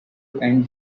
and